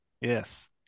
Yes